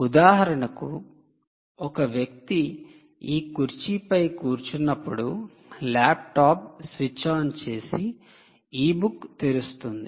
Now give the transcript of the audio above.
ఉదాహరణకు ఒక వ్యక్తి ఈ కుర్చీపై కూర్చున్నప్పుడు ల్యాప్టాప్ స్విచ్ ఆన్ చేసి ఇ బుక్ తెరుస్తుంది